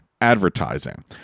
advertising